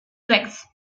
sechs